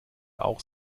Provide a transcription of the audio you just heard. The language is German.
auch